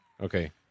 Okay